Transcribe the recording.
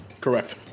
Correct